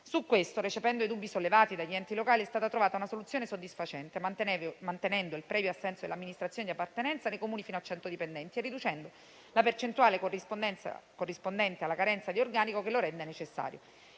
Su questo, recependo i dubbi sollevati dagli enti locali, è stata trovata una soluzione soddisfacente, mantenendo il previo assenso dell'amministrazione di appartenenza nei Comuni fino a 100 dipendenti e riducendo la percentuale corrispondente alla carenza di organico che lo renda necessario.